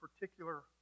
particular